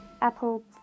Apple